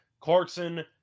Clarkson